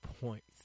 points